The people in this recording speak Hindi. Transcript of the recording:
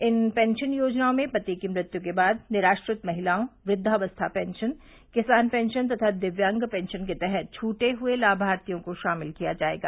इन पेंशन योजनाओं में पति की मृत्यू के बाद निराश्रित महिलाओं वुद्वावस्था पेंशन किसान पेंशन तथा दिव्यांग पेंशन के तहत छूटे हुए लामार्थियों को शामिल किया जायेगा